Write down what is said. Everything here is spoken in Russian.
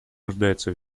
нуждается